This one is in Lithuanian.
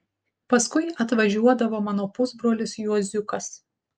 paskui atvažiuodavo mano pusbrolis juoziukas